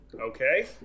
Okay